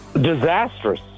Disastrous